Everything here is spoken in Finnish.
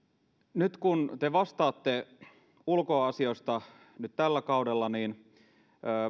nyt kun te vastaatte ulkoasioista tällä kaudella niin